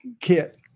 kit